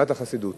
הנהלת החסידות